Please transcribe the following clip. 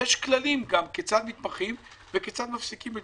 יש כללים כיצד מתמחים וכיצד מפסיקים התמחות.